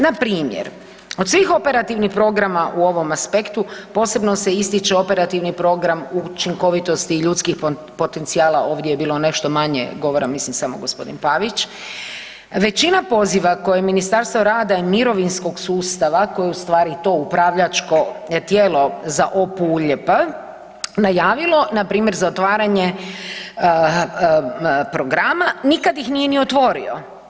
Npr. od svih operativnih programa u ovom aspektu posebno se ističe Operativni program Učinkovitosti i ljudskih potencijala, ovdje je bilo nešto manje govora mislim samo g. Pavić, većina poziva koje Ministarstvo rada i mirovinskog sustava, a koje je ustvari to upravljačko tijelo za OPULJP najavio npr. za otvaranje programa, nikad ih nije ni otvorio.